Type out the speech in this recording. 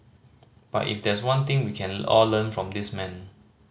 but if there's one thing we can all learn from this man